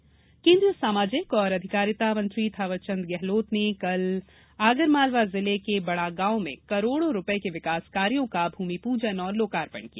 थावरचंद गेहलोत केन्द्रीय सामाजिक और आधिकारिता मंत्री थावरचंद गेहलोत ने कल आगरमालवा जिले के बड़ागांव में करोड़ों रूपये के विकास कार्यो का भूमिपूजन और लोकार्पण किया